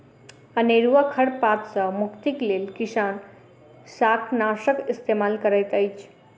अनेरुआ खर पात सॅ मुक्तिक लेल किसान शाकनाशक इस्तेमाल करैत अछि